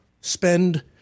spend